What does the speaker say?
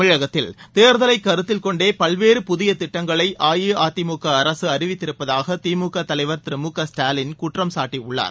தமிழகத்தில் தேர்தலை கருத்தில் கொண்டே பல்வேறு புதிய திட்டங்களை அஇஅதிமுக அரசு அறிவித்திருப்பதாக திமுக தலைவர் திரு மு க ஸ்டாலின் குற்றம் சாட்டியுள்ளார்